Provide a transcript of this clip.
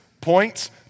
points